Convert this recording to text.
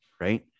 Right